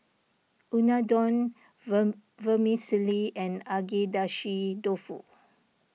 Unadon Vermicelli and Agedashi Dofu